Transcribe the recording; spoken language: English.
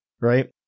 right